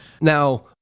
Now